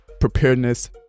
preparedness